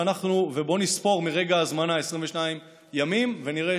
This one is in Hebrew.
ובוא נספור מרגע ההזמנה 22 ימים ונראה